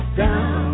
down